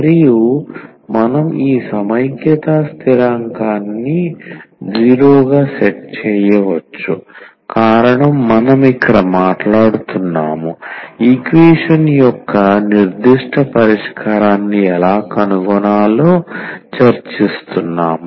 మరియు మనం ఈ సమైక్యత స్థిరాంకాన్ని 0 గా సెట్ చేయవచ్చు కారణం మనం ఇక్కడ మాట్లాడుతున్నాం ఈక్వేషన్ యొక్క నిర్దిష్ట పరిష్కారాన్ని ఎలా కనుగొనాలో చర్చిస్తున్నాము